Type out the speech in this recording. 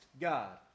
God